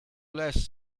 less